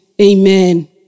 Amen